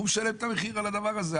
הוא משלם את המחיר על הדבר הזה.